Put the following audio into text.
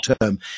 term